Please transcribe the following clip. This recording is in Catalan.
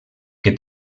que